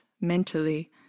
mentally